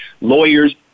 lawyers